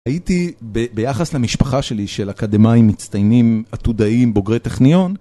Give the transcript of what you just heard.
הייתי, ביחס למשפחה שלי, של אקדמאים מצטיינים עתודאיים בוגרי טכניון...